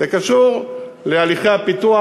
זה קשור להליכי הפיתוח,